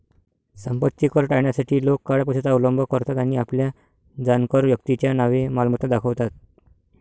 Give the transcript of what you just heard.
संपत्ती कर टाळण्यासाठी लोक काळ्या पैशाचा अवलंब करतात आणि आपल्या जाणकार व्यक्तीच्या नावे मालमत्ता दाखवतात